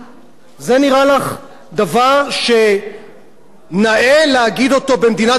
זה נראה לך דבר שנאה להגיד אותו במדינה דמוקרטית?